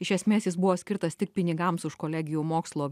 iš esmės jis buvo skirtas tik pinigams už kolegijų mokslo